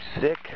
sick